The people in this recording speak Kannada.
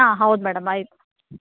ಹಾಂ ಹೌದು ಮೇಡಮ್ ಐದು